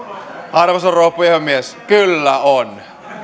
arvoisa rouva puhemies kyllä on